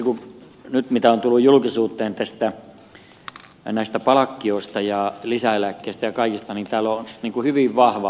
sitten nyt mitä on tullut julkisuuteen näistä palkkioista ja lisäeläkkeistä ja kaikista tällä on niin kuin hyvin vahva